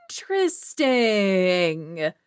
interesting